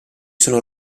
sono